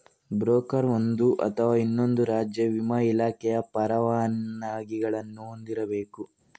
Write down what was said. broker ಒಂದು ಅಥವಾ ಇನ್ನೊಂದು ರಾಜ್ಯ ವಿಮಾ ಇಲಾಖೆಯ ಪರವಾನಗಿಗಳನ್ನು ಹೊಂದಿರಬೇಕು